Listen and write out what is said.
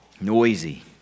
noisy